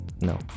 No